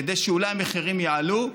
כדי שאולי המחירים יעלו,